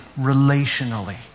relationally